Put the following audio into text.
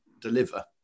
deliver